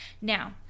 Now